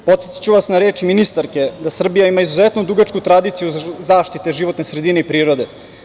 Podsetiću vas na reči ministarke da Srbija ima izuzetno dugačku tradiciju zaštite životne sredine i prirode.